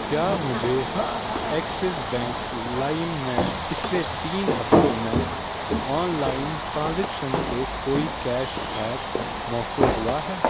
کیا مجھے Axis bank لائم میں پچھلے تین ہفتوں میں آن لائن ٹرانزیکشن سے کوئی کیش بیک موصول ہوا ہے